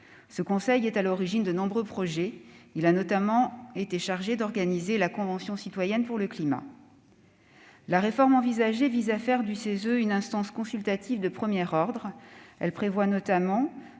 Il est à l'origine de nombreux projets. Il a notamment été chargé d'organiser la Convention citoyenne pour le climat. La réforme envisagée vise à faire du CESE une instance consultative de premier ordre. Elle prévoit notamment